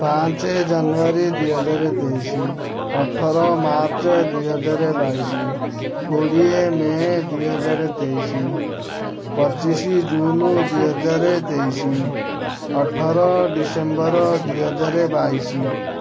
ପାଞ୍ଚ ଜାନୁଆରୀ ଦିହଜାର ତେଇଶି ଅଠର ମାର୍ଚ୍ଚ ଦିହଜାର ବାଇଶି କୋଡ଼ିଏ ମେ ଦିହଜାର ତେଇଶି ପଚିଶି ଜୁନ୍ ଦିହଜାର ତେଇଶି ଅଠର ଡିସେମ୍ବର ଦିହଜାର ବାଇଶି